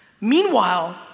Meanwhile